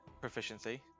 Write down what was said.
proficiency